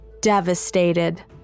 devastated